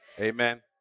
amen